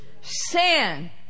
Sin